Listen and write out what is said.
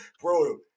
bro